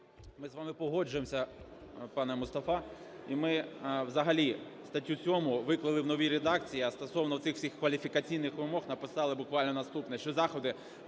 Ми з вами погоджуємося, пане Мустафа. І ми взагалі статтю 7 виклали в новій редакції, а стосовно цих всіх кваліфікаційних вимог написали буквально наступне: що "заходи